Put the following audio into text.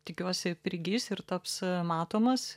tikiuosi prigis ir taps matomas